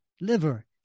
liver